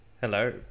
Hello